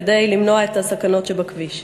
כדי למנוע את הסכנות שבכביש: